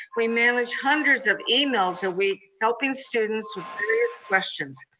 we manage hundreds of emails a week helping students with various questions.